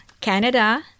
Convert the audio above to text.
Canada